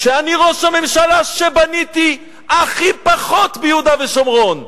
ראש הממשלה שבנה הכי מעט ביהודה ושומרון.